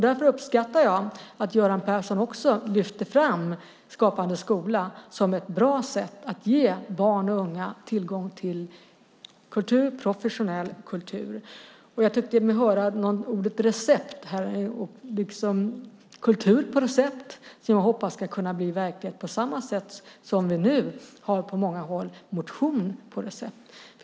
Därför uppskattar jag att Göran Persson också lyfte fram Skapande skola som ett bra sätt att ge unga tillgång till professionell kultur. Jag tyckte mig höra ordet recept. Jag hoppas att kultur på recept ska kunna bli verklighet på samma sätt som vi på många håll har motion på recept.